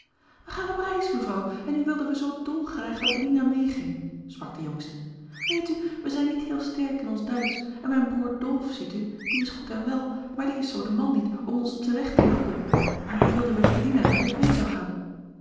wij gaan op reis mevrouw en nu wilden we zoo dol graag dat lina meeging sprak de jongste weet u wij zijn niet heel sterk in ons duitsch en mijn broer dolf ziet u die is goed en wel maar die is zoo de man niet om ons te regt te helpen en nu wilden we dat lina met ons mee zou gaan